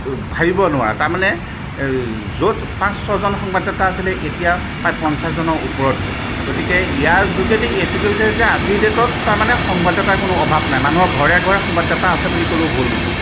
ভাবিব নোৱাৰা তাৰমানে য'ত পাঁচ ছয়জন সংবাদদাতা আছিলে এতিয়া প্ৰায় পঞ্চাছজনৰ ওপৰত হ'ল গতিকে ইয়াৰ যোগেদি এইটোকে বিচাৰিছে যে আজিৰ ডে'টত সংবাদদাতাৰ কোনো অভাৱ নাই মানুহৰ ঘৰে ঘৰে সংবাদদাতা আছে বুলি ক'লেও ভুল নহ'ব